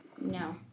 No